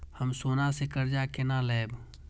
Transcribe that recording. हम सोना से कर्जा केना लैब?